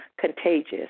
contagious